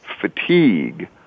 fatigue